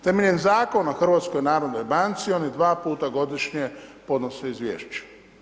Temeljem zakona o HNB-u, oni dva puta godišnje podnose izvješće.